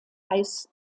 heiß